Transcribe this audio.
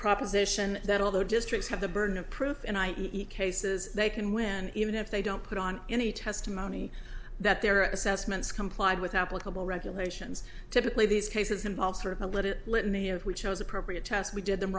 proposition that although districts have the burden of proof and i eat cases they can win even if they don't put on any testimony that their assessments complied with applicable regulations typically these cases involve sort of a little litany of we chose appropriate tests we did the